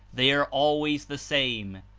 they are always the same,